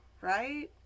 right